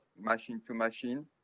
machine-to-machine